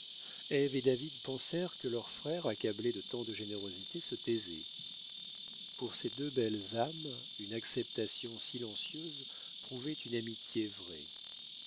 et david pensèrent que leur frère accablé de tant de générosité se taisait pour ces deux belles âmes une acceptation silencieuse prouvait une amitié vraie